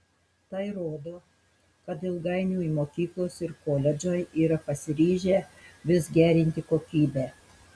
tai rodo kad ilgainiui mokyklos ir koledžai yra pasiryžę vis gerinti kokybę